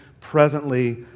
presently